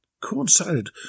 coincided